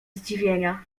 zdziwienia